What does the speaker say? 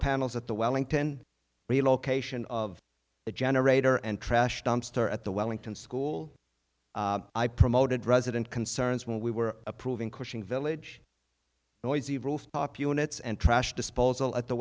panels at the wellington relocation of the generator and trash dumpster at the wellington school i promoted resident concerns when we were approving pushing village noisy rooftop units and trash disposal at the